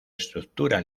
estructura